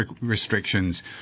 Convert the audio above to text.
restrictions